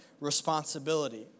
responsibility